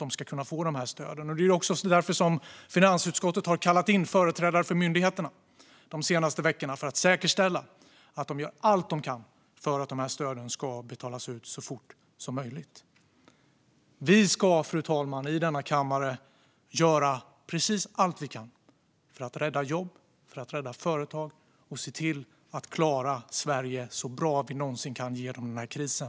De senaste veckorna har finansutskottet därför kallat in företrädare för myndigheterna för att säkerställa att de gör allt de kan för att dessa stöd ska betalas ut så fort som möjligt. Fru talman! Vi i denna kammare ska göra precis allt vi kan för att rädda jobb och företag och för att se till att ta Sverige så bra vi någonsin kan genom denna kris.